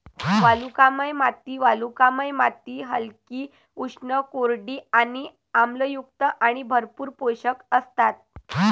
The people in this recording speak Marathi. वालुकामय माती वालुकामय माती हलकी, उष्ण, कोरडी आणि आम्लयुक्त आणि भरपूर पोषक असतात